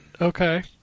Okay